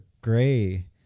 gray